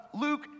Luke